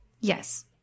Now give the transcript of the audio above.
Yes